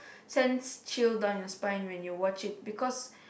sends chill down your spine when you watch it because